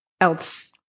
else